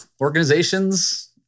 organizations